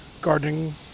gardening